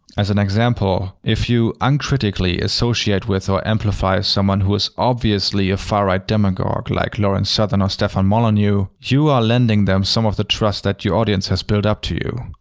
as an example if you uncritically associate with or amplify someone who is obviously a far-right demagogue, like lauren southern or stefan molyneux, you are lending them some of the trust that your audience has built up to you.